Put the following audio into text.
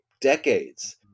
decades